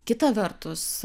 kita vertus